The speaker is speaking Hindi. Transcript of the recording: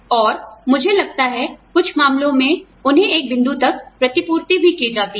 और मुझे लगता है कुछ मामलों में उन्हें एक बिंदु तक प्रतिपूर्ति भी की जाती है